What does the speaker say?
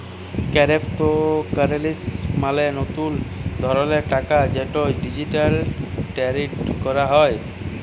কেরেপ্তকারেলসি মালে লতুল ধরলের টাকা যেট ডিজিটালি টেরেড ক্যরা হ্যয়